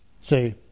See